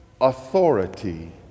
authority